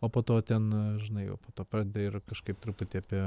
o po to ten žinai jau po to pradedi ir kažkaip truputį apie